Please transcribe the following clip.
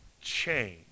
change